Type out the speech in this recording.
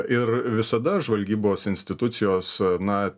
ir visada žvalgybos institucijos na